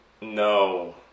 No